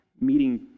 meeting